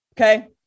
okay